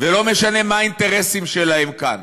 ולא משנה מה האינטרסים שלהם כאן,